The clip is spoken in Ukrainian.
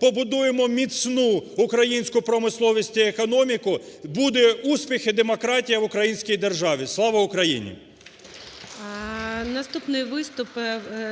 Побудуємо міцну українську промисловість і економіку - буде успіх і демократія в українській державі. (Оплески) ГОЛОВУЮЧИЙ. Наступний виступ.